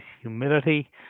humility